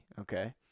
okay